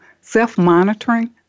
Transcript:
self-monitoring